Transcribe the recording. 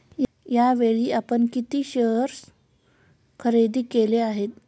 यावेळी आपण किती शेअर खरेदी केले आहेत?